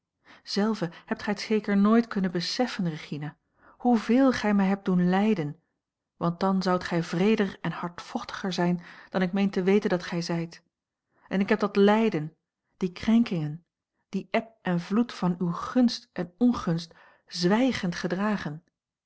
zelve hebt gij het zeker nooit kunnen beseffen regina hoeveel gij mij hebt doen lijden want dan zoudt gij wreeder en hardvochtiger zijn dan ik meen te weten dat gij zijt en ik heb dat lijden die krenkingen die eb en vloed van uwe gunst en ongunst zwijgend gedragen